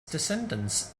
descendants